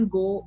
go